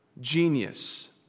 genius